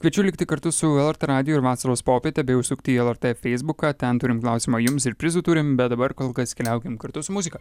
kviečiu likti kartu su lrt radiju ir vasaros popiete bei užsukti į lrt feisbuką ten turim klausimą jums ir prizų turim bet dabar kol kas keliaukim kartu su muzika